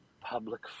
Public